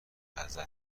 ازت